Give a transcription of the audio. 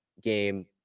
game